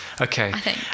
okay